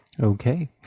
Okay